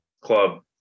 club